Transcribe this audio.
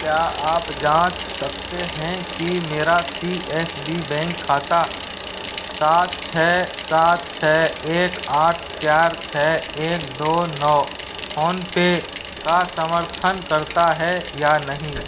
क्या आप जाँच सकते हैं कि मेरा सी एस बी बैंक खाता सात छः सात छः एक आठ चार छः एक दो नौ फोनपे का समर्थन करता है या नहीं